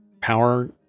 power